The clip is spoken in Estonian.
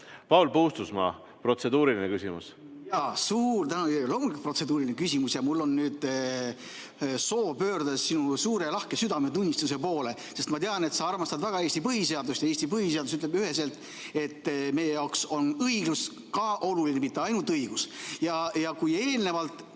Paul Puustusmaa, protseduuriline küsimus. Suur tänu! Mul ongi protseduuriline küsimus ja mul on nüüd soov pöörduda sinu suure ja lahke südametunnistuse poole, sest ma tean, et sa armastad väga Eesti põhiseadust. Ja Eesti põhiseadus ütleb üheselt, et meie jaoks on õiglus ka oluline, mitte ainult õigus. Sa eelnevalt